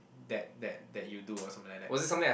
that that that you do or something like that